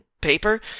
paper